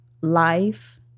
life